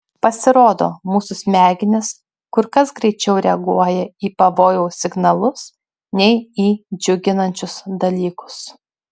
pasirodo mūsų smegenys kur kas greičiau reaguoja į pavojaus signalus nei į džiuginančius dalykus